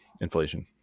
inflation